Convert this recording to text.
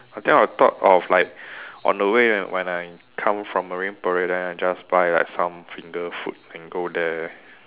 I think I thought of like on the way when when I come from Marine Parade then I just buy like some finger food and go there